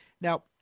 now